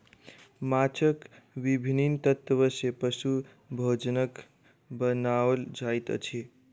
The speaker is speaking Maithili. माँछक विभिन्न तत्व सॅ पशु भोजनक बनाओल जाइत अछि